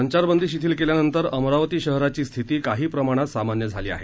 संचारबंदी शिथिल केल्यानंतर अमरावती शहराची स्थिती काही प्रमाणात सामान्य झाली आहे